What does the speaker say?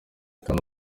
kandi